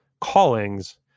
callings